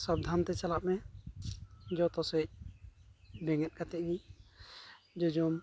ᱥᱟᱵᱽᱫᱷᱟᱱᱛᱮ ᱪᱟᱞᱟᱜ ᱢᱮ ᱡᱚᱛᱚᱥᱮᱫ ᱵᱮᱸᱜᱮᱫ ᱠᱟᱛᱮᱫ ᱜᱮ ᱡᱚᱡᱚᱢ